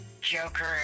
Joker